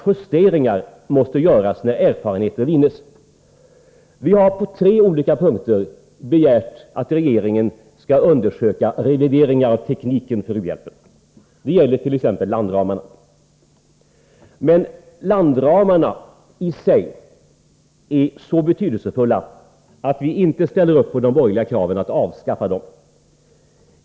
Justeringar måste göras när erfarenheter vinns. Vi har på tre olika punkter begärt att regeringen skall undersöka möjligheterna till revideringar av tekniken för u-hjälpen. Det gäller t.ex. beträffande landramarna. Landramarna är i sig dock så betydelsefulla att vi inte ställer oss bakom de borgerliga kraven att de skall avskaffas.